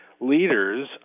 leaders